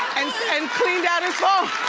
and um cleaned out his phone.